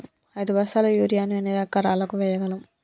ఐదు బస్తాల యూరియా ను ఎన్ని ఎకరాలకు వేయగలము?